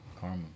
karma